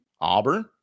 Auburn